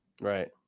Right